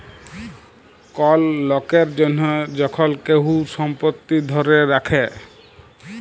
call লকের জনহ যখল কেহু সম্পত্তি ধ্যরে রাখে